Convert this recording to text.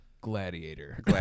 Gladiator